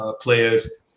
players